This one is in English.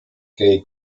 kay